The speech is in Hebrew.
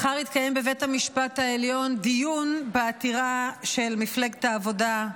מחר יתקיים בבית המשפט העליון דיון בעתירה של מפלגת העבודה,